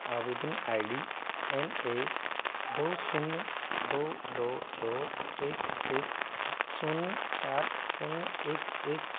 आवेदन I D N A दो शून्य दो दो दो एक एक शून्य चार शून्य एक एक